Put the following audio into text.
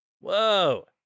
Whoa